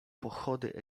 pochody